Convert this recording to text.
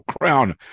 crown